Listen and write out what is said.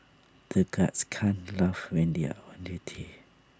the guards can't laugh when they are on duty